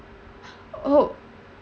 oh